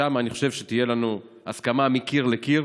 ושם אני חושב שתהיה לנו הסכמה מקיר לקיר